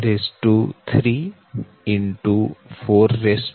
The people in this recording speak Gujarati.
2 19 0